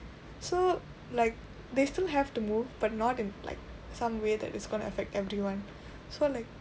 so like they still have to move but not in like some way that it's gonna affect everyone so like